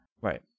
Right